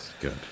good